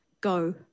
go